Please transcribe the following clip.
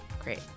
great